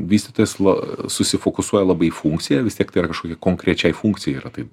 vystytojas la susifokusuoja labai į funkciją vis tiek tai yra kažkokia konkrečiai funkcijai yra tai